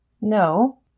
No